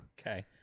Okay